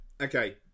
okay